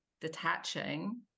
detaching